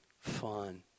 fun